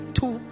Two